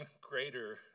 greater